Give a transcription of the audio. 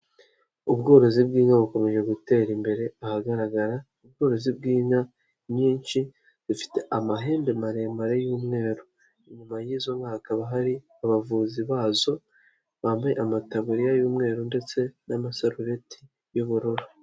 Ubworozi bw'inka bukomeje gutera imbere ahagaragara ubworozi bw'inka nyinshi zifite amahembe maremare y'umweru, inyuma y'izo nka hakaba hari abavuzi bazo bambaye amataburiya y'umweru ndetse n'amasarureti y'ubururu.